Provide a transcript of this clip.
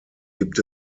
gibt